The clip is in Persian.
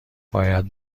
باید